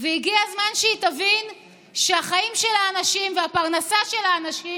והגיע הזמן שהיא תבין שהחיים של אנשים והפרנסה של האנשים